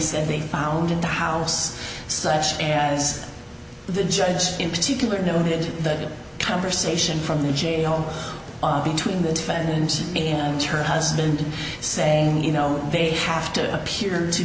said they found in the house such as the judge in particular noted that conversation from the jail between the defendant her husband saying you know they have to appear to